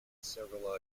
several